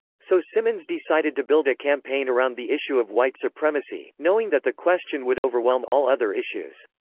so simmons decided to build a campaign around the issue of white supremacy, knowing that the question would overwhelm all other issues.